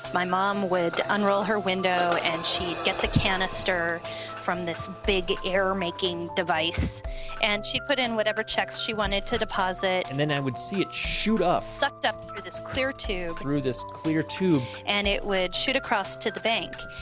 my mom would unroll her window and she gets the canister from this big air making device and she put in whatever checks she wanted to deposit and then i would see it shoot up sucked up through this clear tube through this clear tube and it would shoot across to the bank.